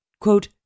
quote